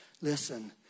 Listen